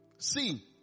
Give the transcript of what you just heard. See